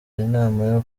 inama